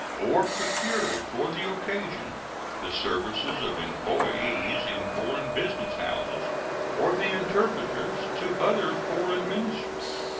or procure for the occasion the services of employees in foreign business houses or the interpreters to other foreign ministers.